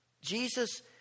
Jesus